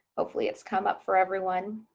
hopefully it's come up for everyone.